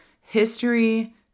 history